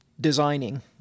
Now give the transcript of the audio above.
designing